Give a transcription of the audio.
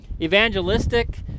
evangelistic